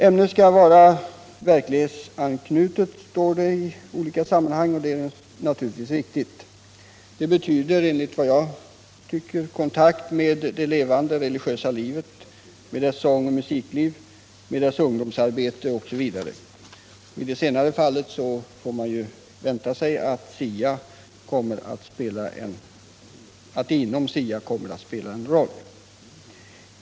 Ämnet skall vara verklighetsanknutet, sägs det i olika sammanhang, och det är naturligtvis riktigt. Det betyder enligt min mening kontakt med det levande religiösa livet, med dess sångoch musikliv, med dess ungdomsarbete osv. Ungdomsarbetet får man vänta sig kommer att spela en roll inom SIA.